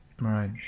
Right